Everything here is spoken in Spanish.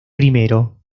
primero